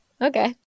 Okay